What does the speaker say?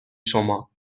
شما